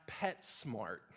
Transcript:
PetSmart